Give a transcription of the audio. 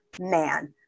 man